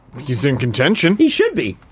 he's in contention. he should be.